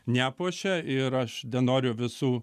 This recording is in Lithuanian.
nepuošia ir aš nenoriu visų